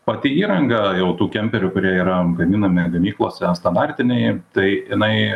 pati įranga jau tų kemperių kurie yra gaminami gamyklose standartiniai tai jinai